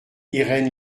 irène